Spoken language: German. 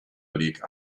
league